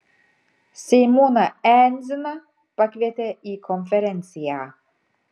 seimūną endziną pakvietė į konferenciją